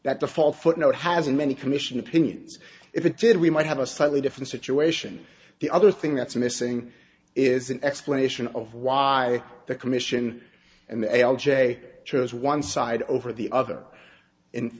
that the fall footnote has in many commission opinions if it did we might have a slightly different situation the other thing that's missing is an explanation of why the commission and the a l j chose one side over the other and